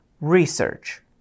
Research